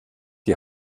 die